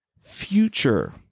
future